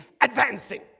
advancing